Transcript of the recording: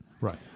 Right